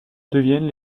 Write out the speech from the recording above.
deviennent